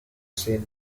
say